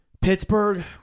Pittsburgh